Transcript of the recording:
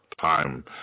time